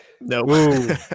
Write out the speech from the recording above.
No